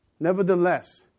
Nevertheless